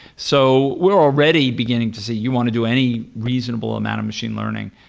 so we're already beginning to see, you want to do any reasonable amount of machine learning.